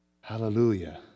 Hallelujah